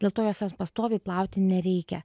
dėl to jos jos pastoviai plauti nereikia